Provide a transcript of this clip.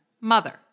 mother